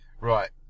Right